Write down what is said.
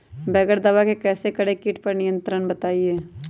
बगैर दवा के कैसे करें कीट पर नियंत्रण बताइए?